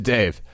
Dave